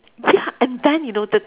ya and then you know the